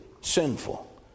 sinful